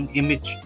image